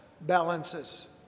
balances